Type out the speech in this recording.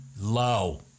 low